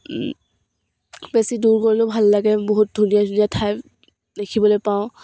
বেছি দূৰ গ'লেও ভাল লাগে বহুত ধুনীয়া ধুনীয়া ঠাই দেখিবলৈ পাওঁ